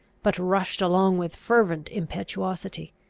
but rushed along with fervent impetuosity.